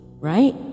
right